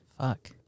Fuck